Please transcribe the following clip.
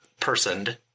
personed